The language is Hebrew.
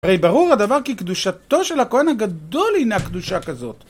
הרי ברור הדבר כי קדושתו של הכהן הגדול הנה קדושה כזאת.